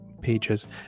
pages